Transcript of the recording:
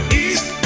east